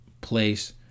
place